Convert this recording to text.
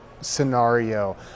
scenario